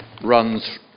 runs